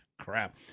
crap